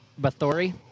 Bathory